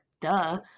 Duh